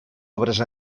obres